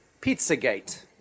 Pizzagate